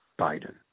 Biden